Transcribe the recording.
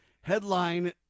Headline